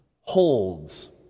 holds